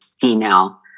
female